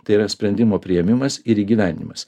tai yra sprendimo priėmimas ir įgyvendinimas